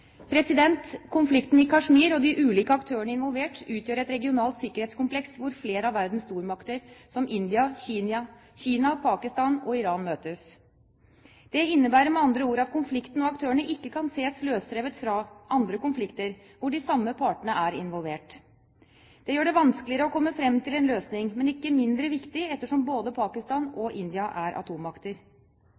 Konflikten i Kashmir og de ulike aktørene som er involvert, utgjør et regionalt sikkerhetskompleks hvor flere av verdens stormakter, som India, Kina, Pakistan og Iran, møtes. Det innebærer med andre ord at konflikten og aktørene ikke kan ses løsrevet fra andre konflikter hvor de samme partene er involvert. Det gjør det vanskeligere å komme frem til en løsning, men ikke mindre viktig, ettersom både og Pakistan og India er atommakter.